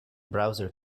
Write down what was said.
browser